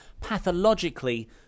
Pathologically